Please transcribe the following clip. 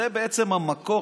זה בעצם המקור.